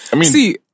see